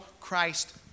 Christ